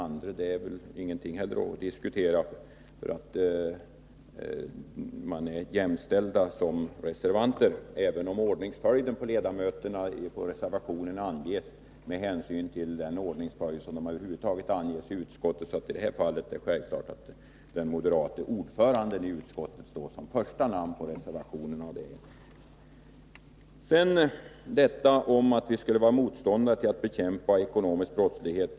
Som reservanter är ledamöterna jämställda, även om ordningsföljden på ledamöterna bakom reservationerna anges med hänsyn till den ordningsföljd de har i utskottet. Det är självklart att den moderata ordföranden i utskottet står som första namn på de gemensamma reservationerna. Sedan till detta att vi skulle vara motståndare till att bekämpa ekonomisk brottslighet.